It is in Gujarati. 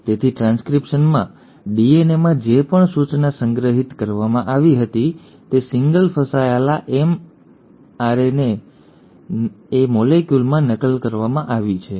તેથી ટ્રાન્સક્રિપ્શનમાં ડીએનએમાં જે પણ સૂચના સંગ્રહિત કરવામાં આવી હતી તે સિંગલ ફસાયેલા એમઆરએનએ મોલેક્યુલમાં નકલ કરવામાં આવી છે